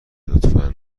لطفا